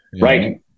right